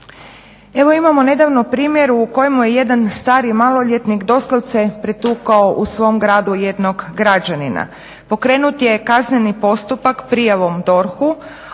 Evo imamo nedavno primjer u kojemu je jedan stariji maloljetnik doslovce pretukao u svom gradu jednog građanina. Pokrenut je kazneni postupak prijavom DORH-u,